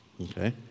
Okay